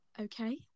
Okay